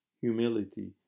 humility